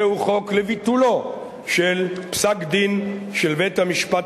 זה חוק לביטולו של פסק-דין של בית-המשפט